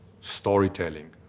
storytelling